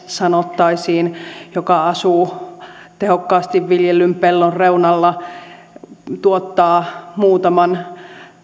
sanottaisiin sinkkumies joka asuu tehokkaasti viljellyn pellon reunalla ja tuottaa muutaman